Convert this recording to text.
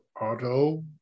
auto